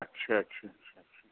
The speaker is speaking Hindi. अच्छा अच्छा अच्छा छा